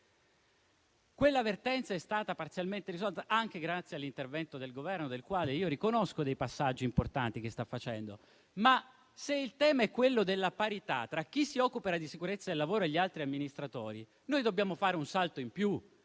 Quella vertenza è stata parzialmente risolta, anche grazie all'intervento del Governo, al quale riconosco che sta facendo passaggi importanti. Se però il tema è quello della parità tra chi si occupa di sicurezza del lavoro e gli altri amministratori, noi dobbiamo fare un salto in più,